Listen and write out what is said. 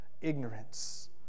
ignorance